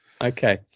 Okay